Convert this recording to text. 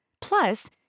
Plus